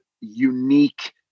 unique